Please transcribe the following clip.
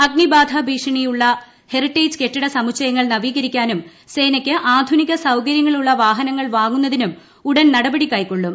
അഗ്നിബാധ ഭീഷണി ഉള്ള ഹെറിറ്റേജ് കെട്ടിട സമുച്ചയങ്ങൾ നവീകരിക്കാനും സേനയ്ക്ക് ആധുനിക സൌകര്യങ്ങളുള്ള വാഹനങ്ങൾ വാങ്ങുന്നതിനും ഉടൻ നടപടി കൈക്കൊള്ളും